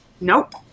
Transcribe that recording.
Nope